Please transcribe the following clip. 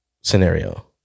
Scenario